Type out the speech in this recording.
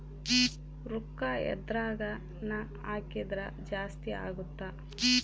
ರೂಕ್ಕ ಎದ್ರಗನ ಹಾಕಿದ್ರ ಜಾಸ್ತಿ ಅಗುತ್ತ